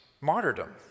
martyrdom